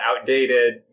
outdated